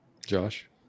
Josh